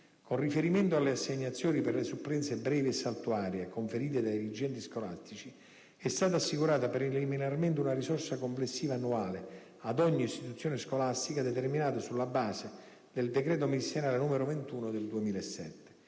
Con riferimento alle assegnazioni per le supplenze brevi e saltuarie conferite dai dirigenti scolastici, è stata assicurata preliminarmente una risorsa complessiva annuale ad ogni istituzione scolastica determinata sulla base del decreto ministeriale n. 21 del 2007;